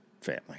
family